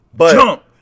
Jump